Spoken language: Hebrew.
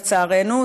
לצערנו,